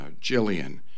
Jillian